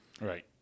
right